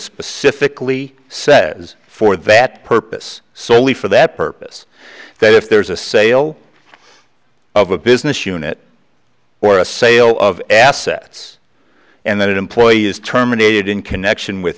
specifically says for that purpose solely for that purpose that if there is a sale of a business unit or a sale of assets and that employee is terminated in connection with